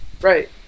Right